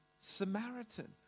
Samaritan